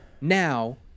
now